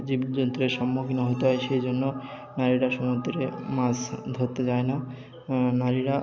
জীবজন্তুর সম্মুখীন হতে হয় সেই জন্য নারীরা সমুদ্রে মাছ ধরতে যায় না নারীরা